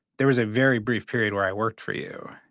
there was a very brief period where i worked for you.